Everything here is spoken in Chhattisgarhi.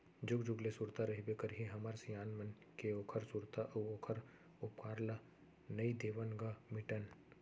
जुग जुग ले सुरता रहिबे करही हमर सियान मन के ओखर सुरता अउ ओखर उपकार ल नइ देवन ग मिटन